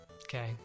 Okay